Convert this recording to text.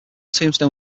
tombstone